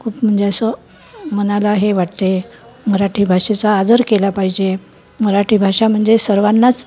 खूप म्हणजे असं मनाला हे वाटते मराठी भाषेचा आदर केला पाहिजे मराठी भाषा म्हणजे सर्वांनाच